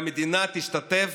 והמדינה תשתתף